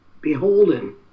beholden